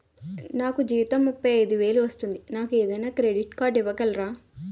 నాకు జీతం ముప్పై ఐదు వేలు వస్తుంది నాకు ఏదైనా క్రెడిట్ కార్డ్ ఇవ్వగలరా?